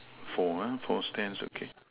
four ah four stands okay